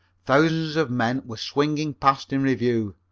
thousands of men were swinging past in review,